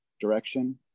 direction